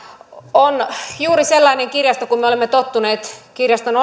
on juuri sellainen kirjasto jollaisena me olemme tottuneet kirjaston